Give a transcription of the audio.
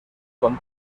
con